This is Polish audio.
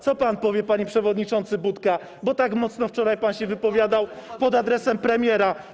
Co pan powie, panie przewodniczący Budka, bo tak mocno wczoraj pan się wypowiadał pod adresem premiera?